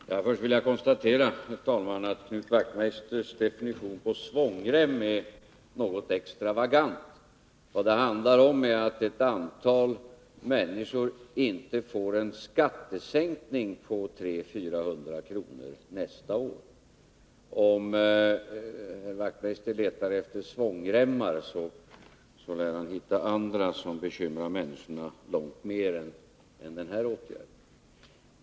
Herr talman! Först vill jag konstatera att Knut Wachtmeisters definition av svångrem är något extravagant. Vad det handlar om är att ett antal människor inte får en skattesänkning på 300 å 400 kr. nästa år. Om Knut Wachtmeister letar efter svångremmar, lär han hitta andra som bekymrar människorna långt mer än den här åtgärden.